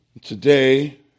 Today